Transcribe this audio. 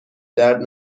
درد